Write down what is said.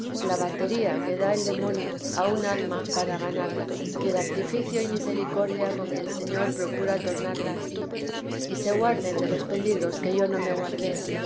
la batería que da el demonio a un alma para ganarla y el artificio y misericordia con que el señor procura tornarla a si y se guarden de los peligros que yo no me guardé